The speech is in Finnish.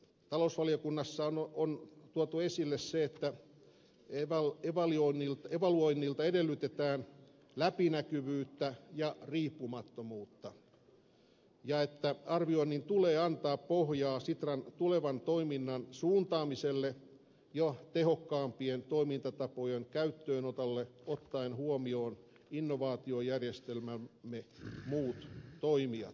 talousvaliokunnassa on tuotu esille se että evaluoinnilta edellytetään läpinäkyvyyttä ja riippumattomuutta ja että arvioinnin tulee antaa pohjaa sitran tulevan toiminnan suuntaamiselle ja tehokkaampien toimintatapojen käyttöönotolle ottaen huomioon innovaatiojärjestelmämme muut toimijat